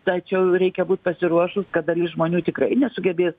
tačiau reikia būt pasiruošus kad dalis žmonių tikrai nesugebės